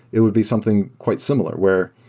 it would be something quite similar, where,